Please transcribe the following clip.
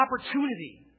opportunity